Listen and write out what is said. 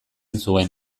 zuen